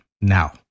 now